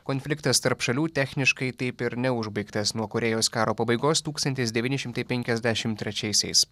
konfliktas tarp šalių techniškai taip ir neužbaigtas nuo korėjos karo pabaigos tūkstantis devyni šimtai penkiasdešimt trečiaisiais